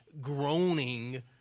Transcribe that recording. groaning